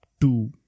two